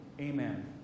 Amen